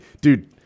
Dude